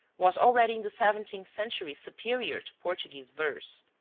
was already in the seventeenth century superior to portuguese verse.